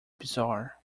bizarre